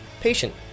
Patient